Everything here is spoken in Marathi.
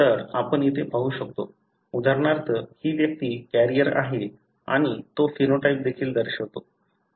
तर आपण इथे पाहू शकतो उदाहरणार्थ ही व्यक्ती कॅरियर आहे आणि तो फेनोटाइप देखील दर्शवितो